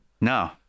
No